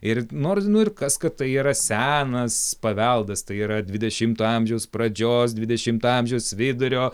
ir nor nu ir kas kad tai yra senas paveldas tai yra dvidešimto amžiaus pradžios dvidešimto amžiaus vidurio